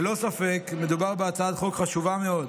ללא ספק מדובר בהצעת חוק חשובה מאוד.